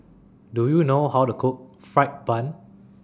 Do YOU know How to Cook Fried Bun